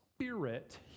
Spirit